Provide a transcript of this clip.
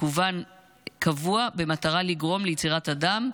מכוון קבוע במטרה לגרום ליצירת אדם,